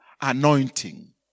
anointing